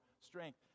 strength